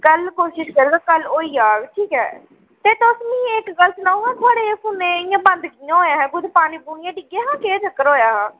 कल्ल कोशिश करङ कल्ल होई जाह्ग ठीक ऐ ते तुस मिगी इक गल्ल सनाओ हां थुआढ़े फोनै ई इ'यां बंद कि'यां होएआ हा एह् कुतै पानियै पुनियै डिग्गेआ हा केह् चक्कर होएआ हा